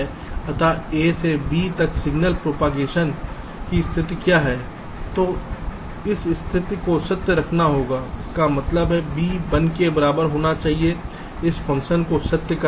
अतः a से b तक सिगनल प्रोपेगेशन की स्थिति क्या है तो इस स्थिति को सत्य रखना होगा इसका मतलब है b 1 के बराबर होना चाहिए इस फ़ंक्शन को सत्य करना होगा